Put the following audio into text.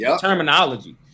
terminology